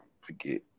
forget